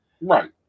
right